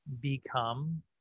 become